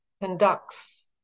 conducts